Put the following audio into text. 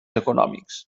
econòmics